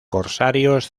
corsarios